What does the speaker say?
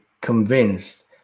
convinced